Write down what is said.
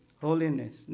Holiness